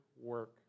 work